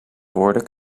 woorden